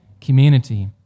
community